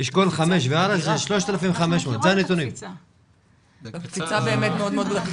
אשכול 5 והלאה 3,500. הקפיצה היא אכן מאוד-מאוד גדולה.